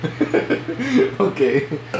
Okay